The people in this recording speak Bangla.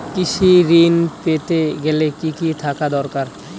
কৃষিঋণ পেতে গেলে কি কি থাকা দরকার?